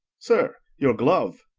sir, your glove.